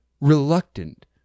reluctant